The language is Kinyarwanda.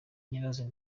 nyirazo